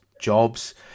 jobs